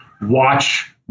watch